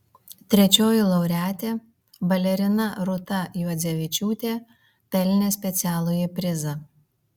trečioji laureatė balerina rūta juodzevičiūtė pelnė specialųjį prizą